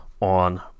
on